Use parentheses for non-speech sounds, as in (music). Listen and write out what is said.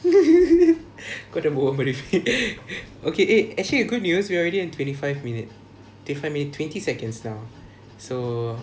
(laughs) kau jangan berbual merepek okay eh actually a good news we are already in twenty five minute twenty five minute twenty second now so